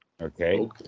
Okay